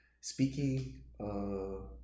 Speaking